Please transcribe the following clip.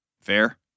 Fair